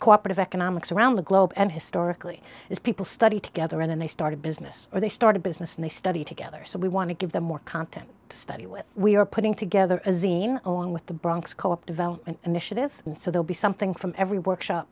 cooperative economics around the globe and historically is people study together and they start a business or they start a business and they study together so we want to give them more content study with we are putting together a scene along with the bronx co op development initiative so they'll be something from every workshop